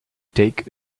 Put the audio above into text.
take